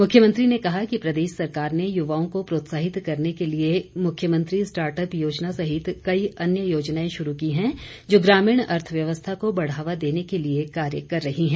मुख्यमंत्री ने कहा कि प्रदेश सरकार ने युवाओं को प्रोत्साहित करने के लिए मुख्यमंत्री स्टार्टअप योजना सहित कई अन्य योजनाएं शुरू की हैं जो ग्रामीण अर्थव्यवस्था को बढ़ावा देने के लिए कार्य कर रही है